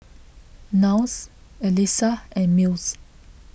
Niles Elissa and Mills